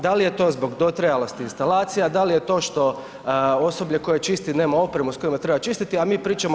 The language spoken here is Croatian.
Da li je to zbog dotrajalosti instalacija, da li je to što osoblje koje čisti nema opremu s kojima treba čistiti a mi pričamo o